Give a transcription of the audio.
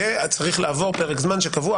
וצריך לעבור פרק זמן שקבוע,